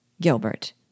Gilbert